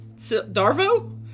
Darvo